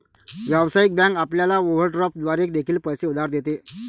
व्यावसायिक बँक आपल्याला ओव्हरड्राफ्ट द्वारे देखील पैसे उधार देते